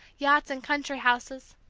yachts and country houses,